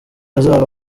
azaba